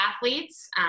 athletes